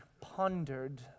pondered